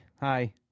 Hi